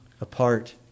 apart